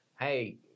Hey